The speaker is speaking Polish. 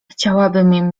chciałabym